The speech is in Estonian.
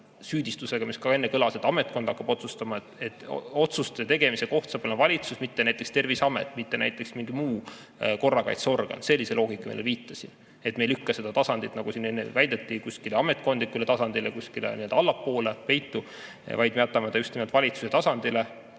süüdistuse peale, mis enne kõlas, et ametkond hakkab otsustama: otsuste tegemise koht saab olla valitsus, mitte näiteks Terviseamet, mitte näiteks mingi korrakaitseorgan. See oli see loogika, millele ma viitasin, et me ei lükka seda tasandit, nagu siin enne väideti, kuskile ametkondlikule tasandile, kuskile allapoole peitu, vaid me jätame ta just nimelt valitsuse tasandile